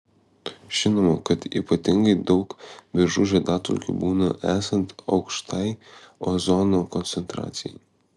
žinoma kad ypatingai daug beržų žiedadulkių būna esant aukštai ozono koncentracijai